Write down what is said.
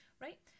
right